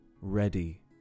ready